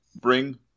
bring